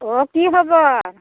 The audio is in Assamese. অ' কি খবৰ